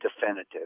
definitive